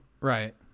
Right